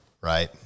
right